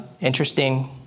interesting